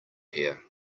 here